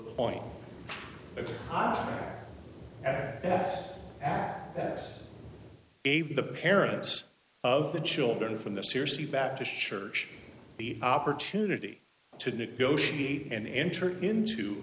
point at the age of the parents of the children from the seriously baptist church the opportunity to negotiate and enter into